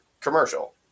commercial